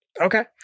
Okay